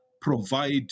provide